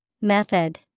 Method